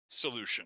solution